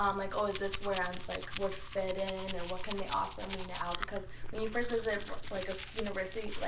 um like, oh, is this where i um like would fit in, or what can they offer me now? because when you first visit like a university, like